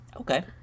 Okay